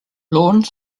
lorne